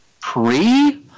pre